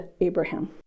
Abraham